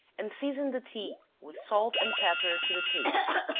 and season the tea with salt and pepper to the taste.